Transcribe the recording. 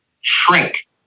shrink